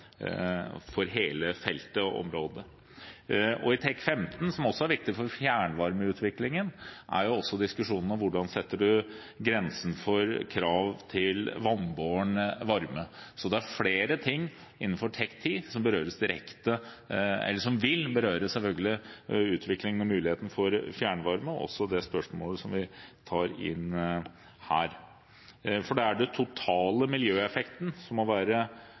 for hele feltet. For TEK 15, som også er viktig for fjernvarmeutviklingen, er også diskusjonen hvordan man setter grensen for krav til vannbåren varme. Så det er flere ting innenfor TEK 10 som vil berøres direkte av utviklingen og muligheten for fjernvarme, og også det spørsmålet som vi tar inn her. Det er den totale miljøeffekten som må være